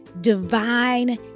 divine